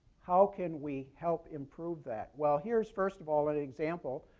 how can we help improve that? well, here is, first of all, an example.